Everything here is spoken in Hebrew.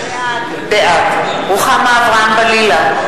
בעד רוחמה אברהם-בלילא,